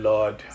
Lord